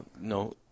no